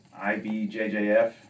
IBJJF